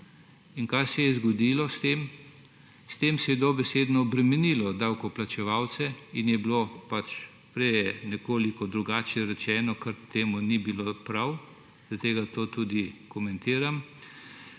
In kaj se je zgodilo s tem? S tem se je dobesedno obremenilo davkoplačevalce in je bilo prej pač nekoliko drugače rečeno, kar ni bilo prav, zaradi tega to tudi komentiram,